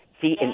See